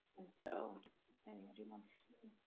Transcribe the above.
and so anybody wants to.